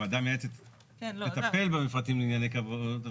הוועדה המייעצת תטפל במפרטים לעניינו כבאות,